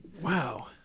Wow